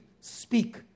speak